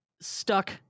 stuck